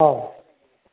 औ